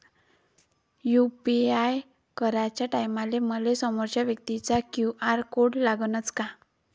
UPI कराच्या टायमाले मले समोरच्या व्यक्तीचा क्यू.आर कोड लागनच का?